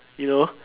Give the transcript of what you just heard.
you know